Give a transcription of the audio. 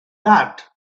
that